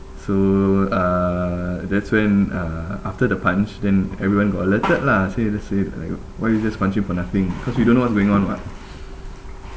so uh that's when uh after the punch then everyone got alerted lah say say just say why you just punch for nothing because we don't know what's going on what